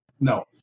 no